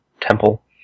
temple